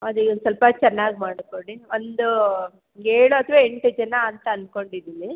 ಅದೇ ಒಂದು ಸ್ವಲ್ಪ ಚೆನ್ನಾಗಿ ಮಾಡಿಕೊಡಿ ಒಂದು ಏಳು ಅಥ್ವಾ ಎಂಟು ಜನ ಅಂತ ಅಂದ್ಕೊಂಡಿದ್ದೀನಿ